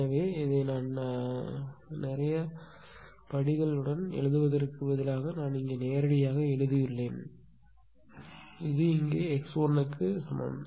எனவே இதை பல படி எழுதுவதற்குப் பதிலாக இங்கே நான் நேரடியாக எழுதியுள்ளேன் ஆனால் இங்கே நான் இதற்கு சமம்